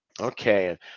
Okay